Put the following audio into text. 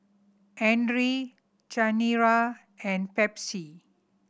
Andre Chanira and Pepsi